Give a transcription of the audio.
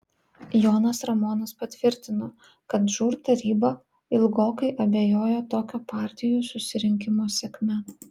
jonas ramonas patvirtino kad žūr taryba ilgokai abejojo tokio partijų susirinkimo sėkme